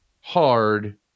hard